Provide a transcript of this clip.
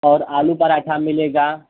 और आलू पराठा मिलेगा